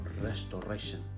restoration